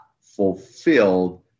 fulfilled